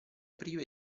prive